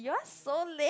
you are so lame